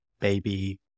Baby